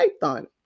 python